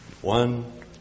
One